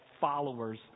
followers